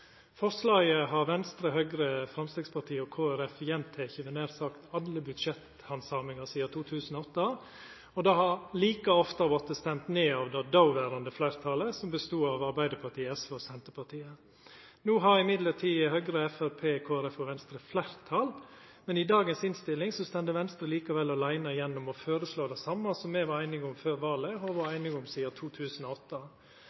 Forslaget har Venstre, Høgre, Framstegspartiet og Kristeleg Folkeparti gjenteke ved nær sagt alle budsjetthandsamingar sidan 2008. Det har like ofte vorte stemt ned av det dåverande fleirtalet, som bestod av Arbeidarpartiet, SV og Senterpartiet. No har derimot Høgre, Framstegspartiet og Venstre fleirtal, men i dagens innstilling står Venstre likevel aleine igjen om å føreslå det same som me var einige om før valet, og har vore